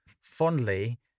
fondly